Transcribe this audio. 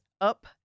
Up